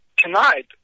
Tonight